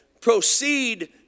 proceed